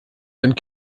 sind